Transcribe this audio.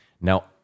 Now